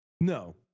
No